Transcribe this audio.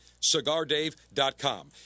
CigarDave.com